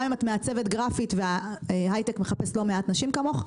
גם אם את מעצבת גרפית וההייטק מחפש לא מעט נשים כמוך,